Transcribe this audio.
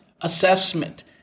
assessment